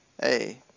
hey